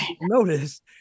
notice